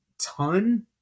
ton